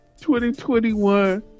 2021